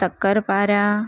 શક્કરપારા